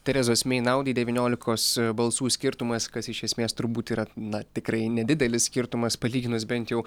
terezos mei naudai devyniolikos balsų skirtumas kas iš esmės turbūt yra na tikrai nedidelis skirtumas palyginus bent jau